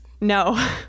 no